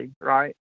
right